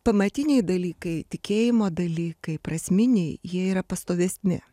pamatiniai dalykai tikėjimo dalykai prasminiai jie yra pastovesni